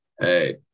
hey